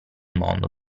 mondo